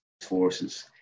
Forces